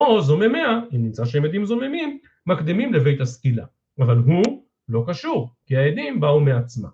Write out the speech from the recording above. ‫או זוממיה, אם נמצא שהם עדים זוממים, ‫מקדימים לבית הסקילה. ‫אבל הוא לא קשור, ‫כי העדים באו מעצמם.